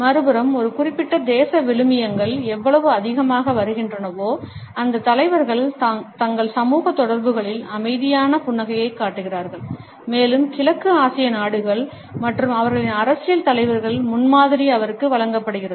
மறுபுறம் ஒரு குறிப்பிட்ட தேச விழுமியங்கள் எவ்வளவு அதிகமாக வருகின்றனவோ அந்த தலைவர்கள் தங்கள் சமூக தொடர்புகளில் அமைதியான புன்னகையைக் காட்டுகிறார்கள் மேலும் கிழக்கு ஆசிய நாடுகள் மற்றும் அவர்களின் அரசியல் தலைவர்களின் முன்மாதிரி அவருக்கு வழங்கப்படுகிறது